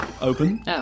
open